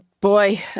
Boy